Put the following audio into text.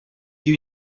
you